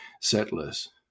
settlers